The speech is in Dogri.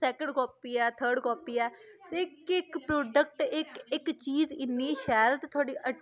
सकेंड कापी ऐ थर्ड कापी ऐ इक इक प्रोडैक्ट इक इक चीज़ इन्नी शैल थुआढ़ी हट्टी